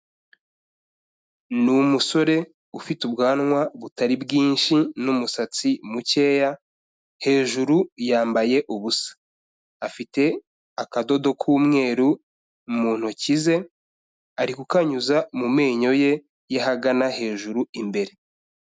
Ni umusore ufite ubwanwa butari bwinshi n'umusatsi mukeya, hejuru yambaye ubusa, afite akadodo k'umweru mu ntoki ze, ari kukanyuza mu menyo ye y'ahagana hejuru imbere.